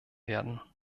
werden